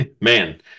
man